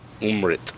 Umrit